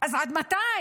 אז עד מתי?